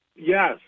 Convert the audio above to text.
Yes